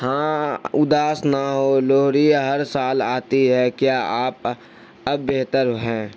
ہاں اداس نہ ہو لوہریہ ہر سال آتی ہے کیا آپ اب بہتر ہیں